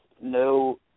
no